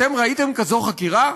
אתם ראיתם כזו חקירה?